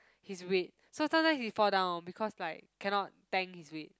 his weight so sometime he fall dawn because like cannot tank his weight